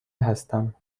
هستم